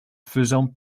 faisant